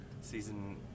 Season